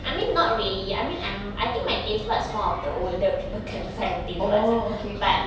I mean not really I mean um I think my taste buds more of the older people kind of kind of taste buds ah but